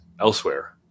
elsewhere